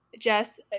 Jess